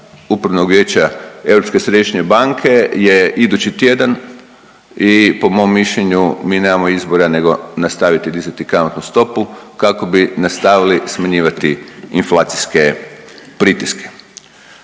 upravnog vijeća Europske središnje banke je idući tjedan i po mom mišljenju, mi nemamo izbora nego nastaviti dizati kamatnu stopu kako bi nastavili smanjivati inflacijske pritiske.